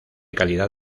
calidad